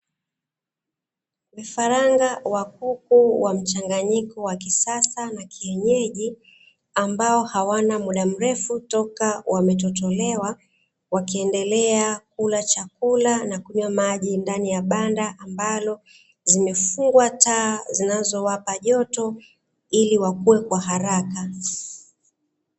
Vifaranga wa kuku wa mchanganyiko wa kisasa na kienyeji ambao hawana muda mrefu toka wametotolewa wakiendelea kula chakula na kunywa maji ndani ya banda ambalo zimefungwa taa zinazowapa joto ili wakue kwa haraka.